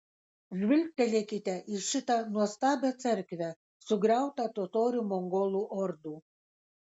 žvilgtelėkite į šitą nuostabią cerkvę sugriautą totorių mongolų ordų